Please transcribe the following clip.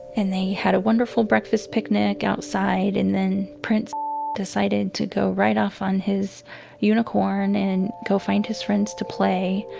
and they had a wonderful breakfast picnic outside. and then prince decided to go ride off on his unicorn and go find his friends to play.